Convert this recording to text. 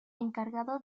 encargado